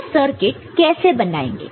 यह सर्किट कैसे बनाएंगे